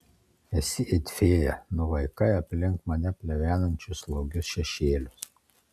esi it fėja nuvaikai aplink mane plevenančius slogius šešėlius